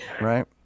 Right